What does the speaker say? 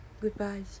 goodbye